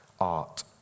art